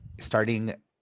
starting